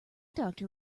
doctor